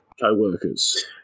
co-workers